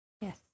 Yes